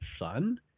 son